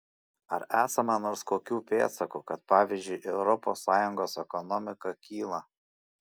ar esama nors kokių pėdsakų kad pavyzdžiui europos sąjungos ekonomika kyla